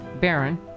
Baron